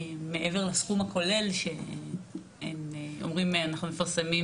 מעבר לסכום הכולל שהם אומרים, אנחנו מפרסמים